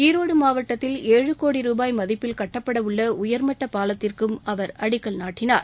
ஈரோடு மாவட்டத்தில் ஏழு கோடி ரூபாய் மதிப்பில் கட்டப்படவுள்ள உயாமட்ட பாலத்திற்கும் அவா் அடிக்கல் நாட்டினார்